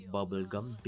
Bubblegum